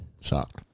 shocked